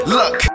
look